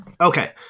okay